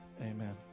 amen